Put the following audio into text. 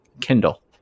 Kindle